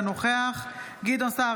אינו נוכח גדעון סער,